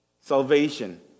salvation